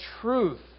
truth